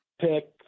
pick